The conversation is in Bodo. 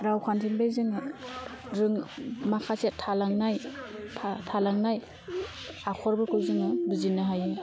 रावखान्थिनिफाय जोङा रों माखासे थालांनाय था थालांनाय आखरफोरखौ जोङो बुजिनो हायो